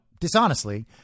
Dishonestly